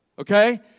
Okay